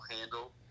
handle